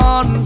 on